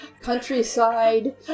countryside